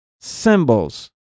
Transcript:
symbols